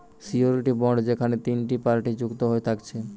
surety bond যেখেনে তিনটে party যুক্ত হয়ে থাকছে